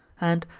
and,